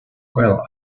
well